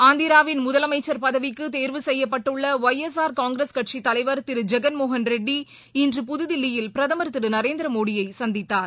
ஆந்திராவின் முதலமைச்சர் பதவிக்குதேர்வு செய்யப்பட்டுள்ளஒய் எஸ் ஆர் காங்கிரஸ் கட்சித் தலைவர் திருஜெகள் மோகள் ரெட்டி இன்று புதுதில்லியல் பிரதமர் திருநரேந்திரமோடியைசந்தித்தார்